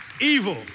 evil